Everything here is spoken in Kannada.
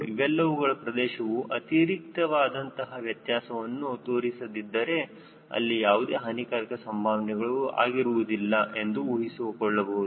ಇವೆಲ್ಲವುಗಳ ಪ್ರದೇಶವು ಅತಿರಿಕ್ತ ವಾದಂತಹ ವ್ಯತ್ಯಾಸವನ್ನು ತೋರಿಸದಿದ್ದರೆ ಅಲ್ಲಿ ಯಾವುದೇ ಹಾನಿಕಾರಕ ಸಂಭಾವನೆಗಳು ಆಗಿರುವುದಿಲ್ಲ ಎಂದು ಊಹಿಸಿಕೊಳ್ಳಬಹುದು